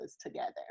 together